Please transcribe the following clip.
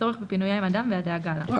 הצורך בפינויה עם האדם והדאגה לה,"